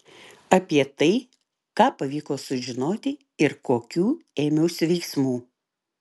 apie tai ką pavyko sužinoti ir kokių ėmiausi veiksmų